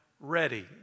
ready